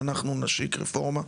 ואנחנו נשיק רפורמה,